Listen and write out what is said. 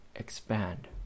Expand